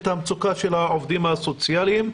את המצוקה של העובדים הסוציאליים.